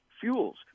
fuels